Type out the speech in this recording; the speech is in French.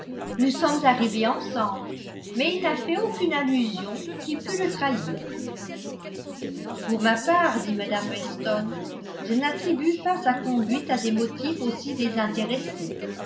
nous sommes arrivés ensemble mais il n'a fait aucune allusion qui pût le trahir pour ma part dit mme weston je n'attribue pas sa conduite à des motifs aussi désintéressés